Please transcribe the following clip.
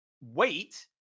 wait